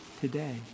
today